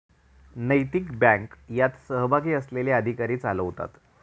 नैतिक बँक यात सहभागी असलेले अधिकारी चालवतात